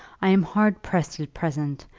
i am hard pressed at present,